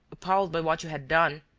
appalled by what you had done,